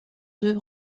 deux